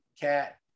cat